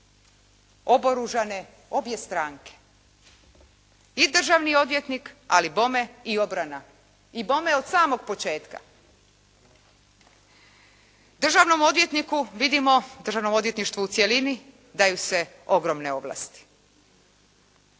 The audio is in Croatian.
oboružane obje stranke i državni odvjetnik, ali bome i obrana i bome od samog početka. Državnom odvjetniku vidimo, državnom odvjetništvu u cjelini daju se ogromne ovlasti.